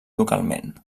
localment